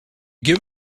give